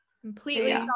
Completely